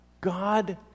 God